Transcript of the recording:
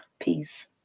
Peace